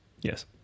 Yes